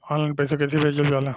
Online पैसा कैसे भेजल जाला?